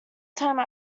time